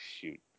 shoot